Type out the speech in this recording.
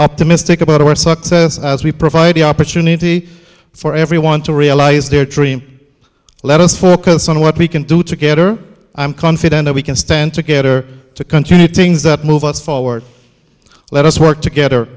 optimistic about our success as we provide the opportunity for everyone to realize their dreams let us focus on what we can do together i'm confident that we can stand together to continue things that move us forward let us work together